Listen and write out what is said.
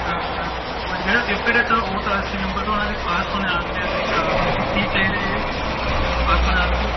जेह्ड़ा पेपर ऐ ओह ते अस्सी नंबर दा होना ते पास होने आस्तै उंदे चा थर्टी थ्री चाहिदे जेहड़े पास होने आस्तै